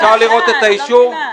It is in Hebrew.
אפשר לראות את האישור?